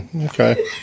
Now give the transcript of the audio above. okay